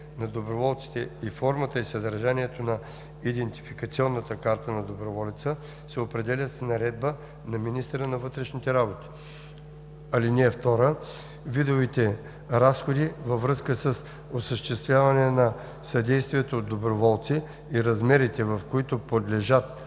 на доброволците и формата и съдържанието на идентификационната карта на доброволеца се определят с наредба на министъра на вътрешните работи. (2) Видовете разходи във връзка с осъществяване на съдействие от доброволци и размерите, в които подлежат